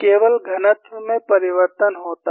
केवल घनत्व में परिवर्तन होता है